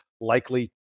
likely